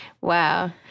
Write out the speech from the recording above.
Wow